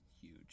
huge